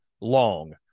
long